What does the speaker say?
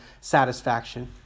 satisfaction